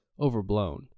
overblown